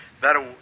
that'll